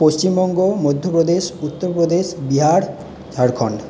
Paschimbanga Madhya Pradesh Uttar Pradesh Bihar Jharkhand